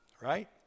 Right